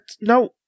no